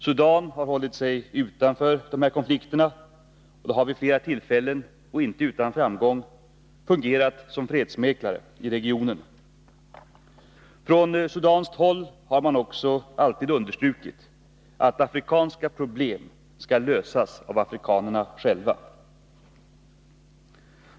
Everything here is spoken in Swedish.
Sudan, som har hållit sig utanför dessa konflikter, har vid flera tillfällen och inte utan framgång fungerat som fredsmäklare i regionen. Från sudanskt håll har man också alltid understrukit att afrikanska problem skall lösas av afrikanerna själva.